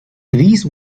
these